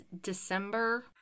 December